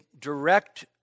direct